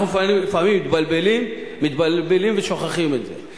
אנחנו לפעמים מתבלבלים ושוכחים את זה.